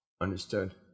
Understood